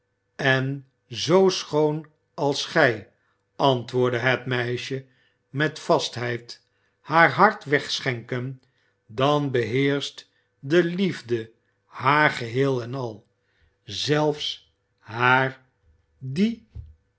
en zoo schoon als gij antwoordde het meisje met vastheid haar hart wegschenken dan beheerscht de liefde haar geheel en al zelfs haar die